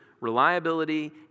reliability